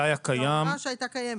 זו הוראה שהייתה קיימת.